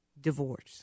divorce